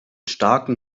starken